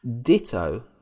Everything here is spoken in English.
Ditto